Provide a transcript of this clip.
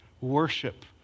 Worship